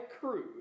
crew